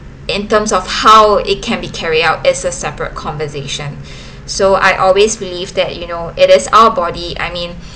in terms of how it can be carried out is a separate conversation so I always believe that you know it is our body I mean